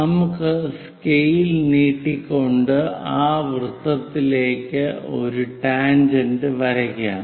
നമുക്ക് സ്കെയിൽ നീട്ടിക്കൊണ്ട് ആ വൃത്തത്തിലേക്കു ഒരു ടാൻജെന്റ് വരയ്ക്കാം